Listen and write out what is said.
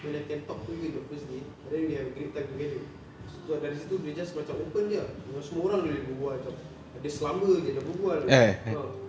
when I can talk to you in the first day and then we have a great time together sejak dari situ dia just macam open jer ah dengan semua orang dia boleh berbual ada selamba jer dia berbual jer ah